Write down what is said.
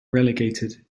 relegated